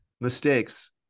mistakes